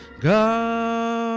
God